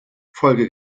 folge